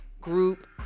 group